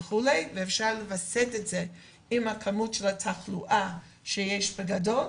ואפשר לווסת את זה עם כמות התחלואה הכללית,